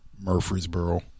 Murfreesboro